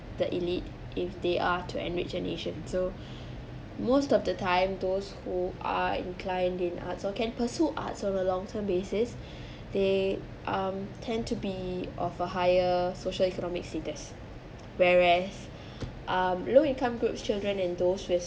the elite if they are to enrich a nation so most of the time those who are inclined in art so can pursue arts on a long term basis they um tend to be of a higher social economic status whereas um low income groups children and those with